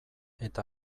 eta